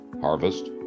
harvest